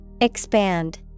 Expand